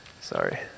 sorry